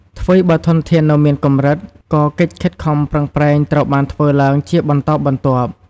ថ្វីបើធនធាននៅមានកម្រិត ក៏កិច្ចខិតខំប្រឹងប្រែងត្រូវបានធ្វើឡើងជាបន្តបន្ទាប់។